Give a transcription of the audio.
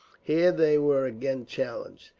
here they were again challenged.